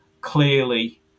clearly